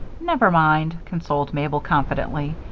never mind, consoled mabel, confidently.